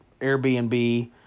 Airbnb